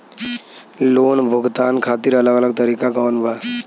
Loan भुगतान खातिर अलग अलग तरीका कौन बा?